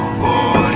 boy